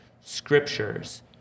scriptures